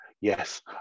yes